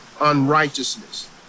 unrighteousness